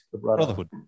brotherhood